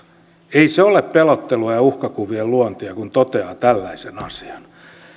ei se ole pelottelua ja uhkakuvien luontia kun toteaa tällaisen asian